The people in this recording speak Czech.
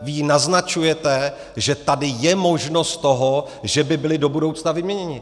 Vy jí naznačujete, že tady je možnost toho, že by byli do budoucna vyměněni.